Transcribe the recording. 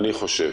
אני חושב,